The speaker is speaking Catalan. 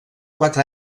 quatre